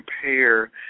compare